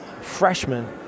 freshman